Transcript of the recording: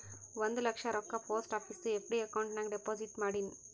ಒಂದ್ ಲಕ್ಷ ರೊಕ್ಕಾ ಪೋಸ್ಟ್ ಆಫೀಸ್ದು ಎಫ್.ಡಿ ಅಕೌಂಟ್ ನಾಗ್ ಡೆಪೋಸಿಟ್ ಮಾಡಿನ್